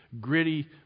gritty